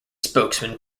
spokesman